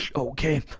yeah okay.